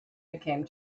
became